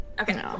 Okay